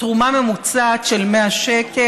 תרומה ממוצעת של 100 שקל.